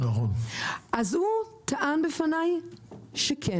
אז הוא טען בפניי שכן.